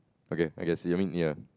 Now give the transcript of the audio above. okay I can see I mean ya